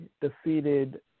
defeated